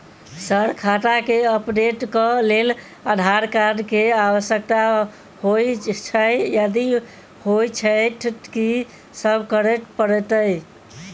Sir खाता केँ update करऽ लेल आधार कार्ड केँ आवश्यकता होइ छैय यदि होइ छैथ की सब करैपरतैय?